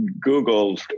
Google